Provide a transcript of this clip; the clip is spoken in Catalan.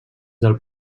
del